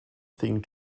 thing